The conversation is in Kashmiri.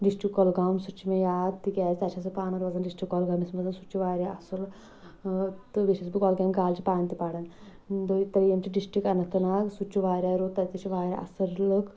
سُہ تہِ چُھ مےٚ یاد تِکیٛازِ تَتہِ چھس بہٕ پانہٕ روزان ڈِسٹرک کۄلگأمِس منٛز سُہ تہِ چھُ واریاہ اصل تہٕ بیٚیہِ چھس نہٕ کۄلگامہِ کالجہِ پانہٕ تہِ پران تریٚم چھُ ڈسٹرک اننت ناگ سُہ تہِ چھُ واریاہ رُت تَتہِ تہِ چھ واریاہ اصل لُکھ